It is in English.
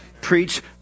Preach